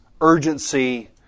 urgency